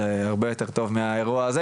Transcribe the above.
זה הרבה יותר טוב מהאירוע הזה,